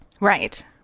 Right